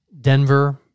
Denver